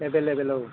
available औ